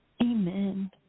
Amen